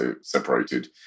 separated